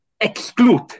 exclude